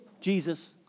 Jesus